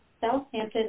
Southampton